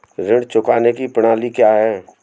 ऋण चुकाने की प्रणाली क्या है?